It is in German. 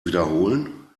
wiederholen